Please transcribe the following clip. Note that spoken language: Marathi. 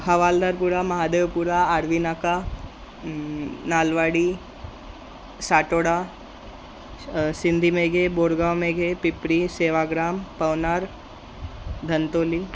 हवालदारपुरा महादेवपुरा आर्वीनाका नालवाडी साटोडा सिंधीमेघे बोडगावमेघे पिपरी सेवाग्राम पवनार धनतोली